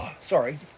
Sorry